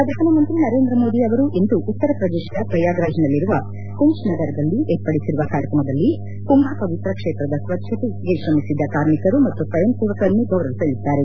ಪ್ರಧಾನಮಂತ್ರಿ ನರೇಂದ್ರ ಮೋದಿ ಅವರು ಇಂದು ಉತ್ತರ ಪ್ರದೇಶದ ಪ್ರಯಾಗ್ರಾಜ್ನಲ್ಲಿರುವ ಕುಂಭ್ ನಗರದಲ್ಲಿ ಏರ್ಪಡಿಸಿರುವ ಕಾರ್ಯಕ್ರಮದಲ್ಲಿ ಕುಂಭ ಪವಿತ್ರ ಕ್ಷೇತ್ರದ ಸ್ವಚ್ಲತೆಗೆ ಶ್ರಮಿಸಿದ ಕಾರ್ಮಿಕರು ಮತ್ತು ಸ್ವಯಂ ಸೇವಕರನ್ನು ಗೌರವಿಸಲಿದ್ದಾರೆ